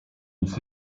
nic